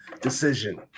decision